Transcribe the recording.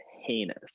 heinous